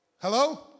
Hello